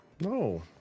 No